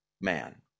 man